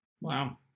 Wow